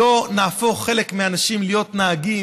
שלא נהפוך חלק מהאנשים להיות נהגים,